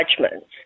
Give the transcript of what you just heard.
judgments